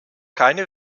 keine